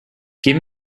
give